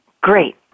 Great